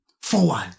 forward